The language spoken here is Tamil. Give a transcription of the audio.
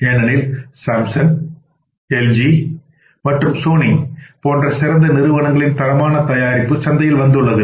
ஏனெனில் சாம்சங் எல்ஜி மற்றும் சோனி போன்ற சிறந்த நிறுவனங்களின் தரமான தயாரிப்பு சந்தையில் வந்துள்ளது